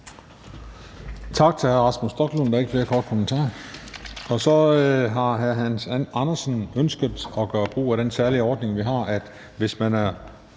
Tak til hr. Rasmus Stoklund. Der er ikke flere korte bemærkninger. Så har hr. Hans Andersen ønsket at gøre brug af den særlige ordning, vi har, om, at hvis man er